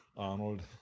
arnold